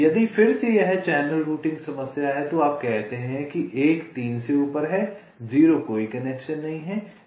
यदि फिर से यह चैनल रूटिंग समस्या है तो आप कहते हैं कि 1 3 से ऊपर है 0 कोई कनेक्शन नहीं है